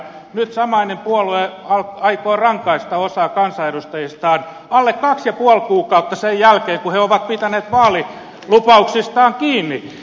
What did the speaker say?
nyt samainen puolue aikoo rangaista osaa kansanedustajistaan alle kaksi ja puoli kuukautta sen jälkeen kun he ovat pitäneet vaalilupauksistaan kiinni